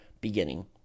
beginning